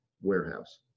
warehouse